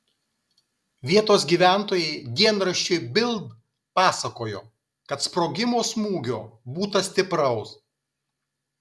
vietos gyventojai dienraščiui bild pasakojo kad sprogimo smūgio būta stipraus